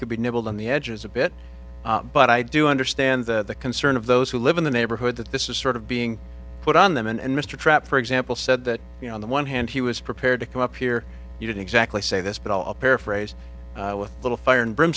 could be nibbled on the edges a bit but i do understand that the concern of those who live in the neighborhood that this is sort of being put on them and mr trap for example said that you know on the one hand he was prepared to come up here you didn't exactly say this but i'll paraphrase with a little fire and bri